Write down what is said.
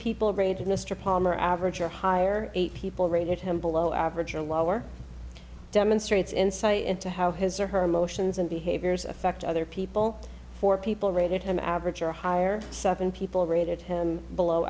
people graded mr palmer average or higher eight people rated him below average or lower demonstrates insight into how his or her emotions and behaviors affect other people for people rated him average or higher seven people rated him below